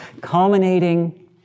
culminating